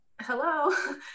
hello